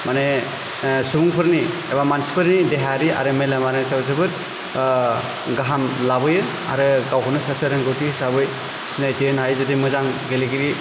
माने सुबुंफोरनि बा मानसिफोरनि देहायारि आरो मेलेमारि सायाव जोबोद गाहाम लाबोयो आरो गावखौनो सासे रोंगौथि हिसाबै सिनायथि होनो हायो जुदि सासे मोजां गेलेगिरि